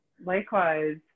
likewise